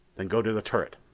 then go to the turret.